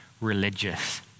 religious